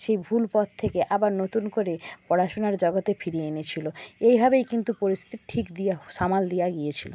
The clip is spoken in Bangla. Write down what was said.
সেও ভুল পথ থেকে আবার নতুন করে পড়াশোনার জগতে ফিরিয়ে এনেছিলো এইভাবেই কিন্তু পরিস্থিতি ঠিক দিয়ে সামাল দিয়ে গিয়েছিলো